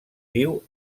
viu